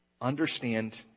understand